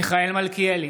מיכאל מלכיאלי,